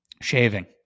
shaving